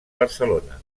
barcelona